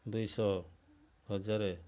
ଦୁଇ ଶହ ହଜାରେ